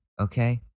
Okay